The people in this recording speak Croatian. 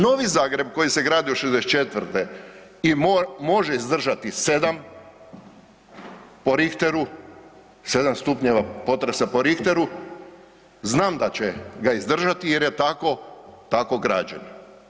Novi Zagreb koji se gradio '64. i može izdržati 7 po Richteru, 7 stupnjeva potresa po Richteru znam da će ga izdržati jer je tako, tako građen.